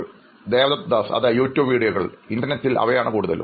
അഭിമുഖം സ്വീകരിക്കുന്നയാൾ അതെ യൂട്യൂബ് വീഡിയോകൾ ഇൻറർനെറ്റിൽ അവയാണ് കൂടുതലും